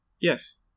Yes